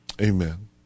Amen